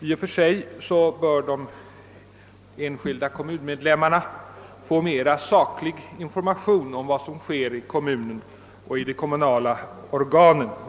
I och för sig borde de enskilda kommunmedlemmarna få mera saklig information om vad som sker i kommunerna och i de kommunala organen.